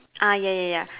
ah ya ya ya